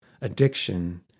addiction